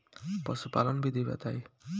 पशुपालन विधि बताई?